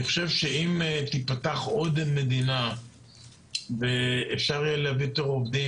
אני חושב שאם תיפתח עוד מדינה ואפשר יהיה להביא יותר עובדים,